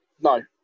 No